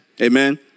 Amen